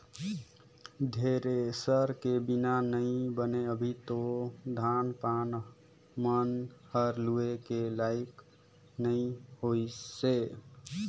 thresher के बिना नइ बने अभी तो धान पान मन हर लुए के लाइक नइ होइसे